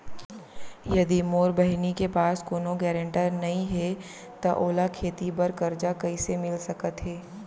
यदि मोर बहिनी के पास कोनो गरेंटेटर नई हे त ओला खेती बर कर्जा कईसे मिल सकत हे?